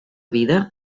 vida